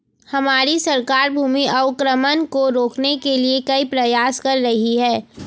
हमारी सरकार भूमि अवक्रमण को रोकने के लिए कई प्रयास कर रही है